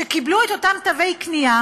שקיבלו את אותם תווי קנייה?